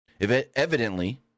Evidently